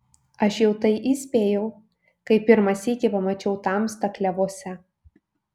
aš jau tai įspėjau kai pirmą sykį pamačiau tamstą klevuose